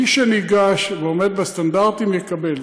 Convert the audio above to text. מי שניגש ועומד בסטנדרטים, יקבל.